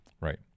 Right